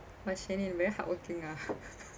why shanine very hardworking ah